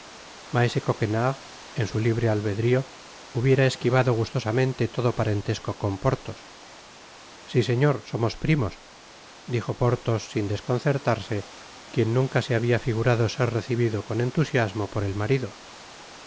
maese coquenard en su libre athedrio hubiera esquivado gustosamente todo parentesco con porthos si señor somos primos dijo porthos sin desconcertarse quien nunca se habia figurado ser recibido con entusiasmo por el marido por